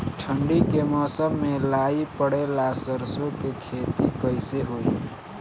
ठंडी के मौसम में लाई पड़े ला सरसो के खेती कइसे होई?